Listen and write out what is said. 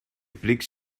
prix